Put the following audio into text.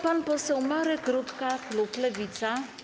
Pan poseł Marek Rutka, klub Lewica.